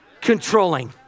controlling